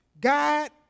god